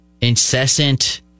incessant